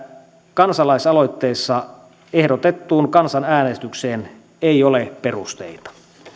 kansalaisaloitteessa ehdotettuun kansanäänestykseen ei ole perusteita